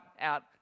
out